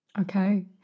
Okay